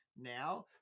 now